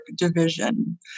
division